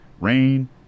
Rain